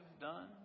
done